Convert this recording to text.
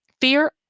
fear